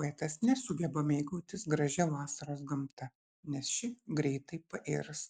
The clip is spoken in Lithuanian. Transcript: poetas nesugeba mėgautis gražia vasaros gamta nes ši greitai pairs